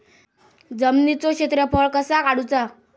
जमिनीचो क्षेत्रफळ कसा काढुचा?